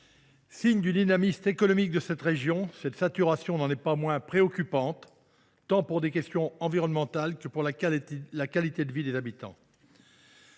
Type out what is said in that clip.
Signe du dynamisme économique de la région, une telle saturation n’en est pas moins préoccupante, tant pour des questions environnementales que pour la qualité de vie des habitants.